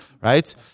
right